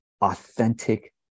authentic